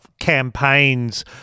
campaigns